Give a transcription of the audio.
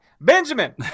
Benjamin